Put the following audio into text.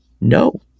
No